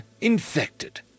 infected